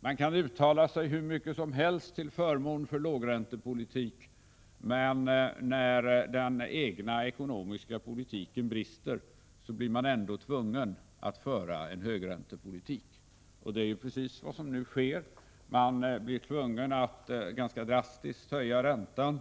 Man kan uttala sig hur mycket som helst till förmån för lågräntepolitik, men när den egna ekonomiska politiken brister blir man ändå tvungen att föra en högräntepolitik. Det är precis vad som nu sker. Man blir tvungen att ganska drastiskt höja räntan.